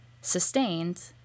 sustained